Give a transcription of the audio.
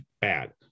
bad